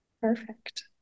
perfect